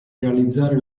realizzare